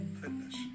fitness